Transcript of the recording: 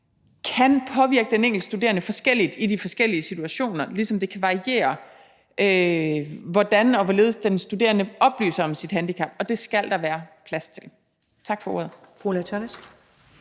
kan påvirke den enkelte studerende forskelligt i de forskellige situationer, ligesom det kan variere, hvordan og hvorledes den studerende oplyser om sit handicap, og det skal der være plads til. Tak for ordet.